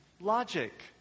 logic